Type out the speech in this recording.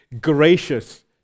gracious